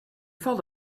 felt